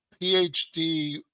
PhD